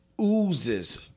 oozes